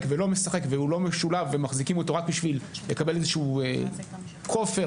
ולא משחק והוא לא משולב ומחזיקים אותו רק בשביל לקבל איזשהו כופר,